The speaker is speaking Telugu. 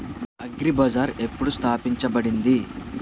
అగ్రి బజార్ ఎప్పుడు స్థాపించబడింది?